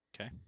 Okay